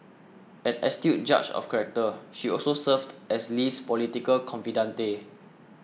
an astute judge of character she also served as Lee's political confidante